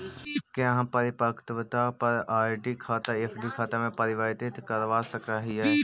क्या हम परिपक्वता पर आर.डी खाता एफ.डी में परिवर्तित करवा सकअ हियई